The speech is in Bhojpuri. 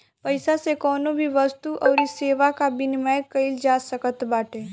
पईसा से कवनो भी वस्तु अउरी सेवा कअ विनिमय कईल जा सकत बाटे